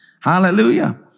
hallelujah